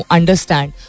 understand